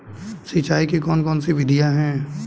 सिंचाई की कौन कौन सी विधियां हैं?